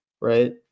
right